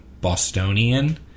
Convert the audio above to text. Bostonian